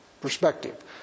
perspective